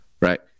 right